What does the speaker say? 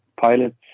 pilot's